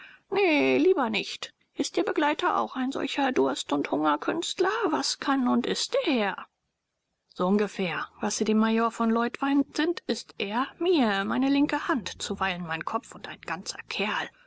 lieber nicht ist ihr begleiter auch ein solcher durst und hungerkünstler was kann und ist der herr so ungefähr was sie dem major von leutwein sind ist er mir meine linke hand zuweilen mein kopf und ein ganzer kerl